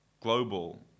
global